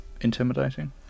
intimidating